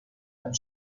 and